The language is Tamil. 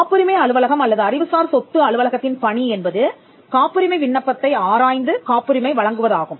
காப்புரிமை அலுவலகம் அல்லது அறிவுசார் சொத்து அலுவலகத்தின் பணி என்பது காப்புரிமை விண்ணப்பத்தை ஆராய்ந்து காப்புரிமை வழங்குவதாகும்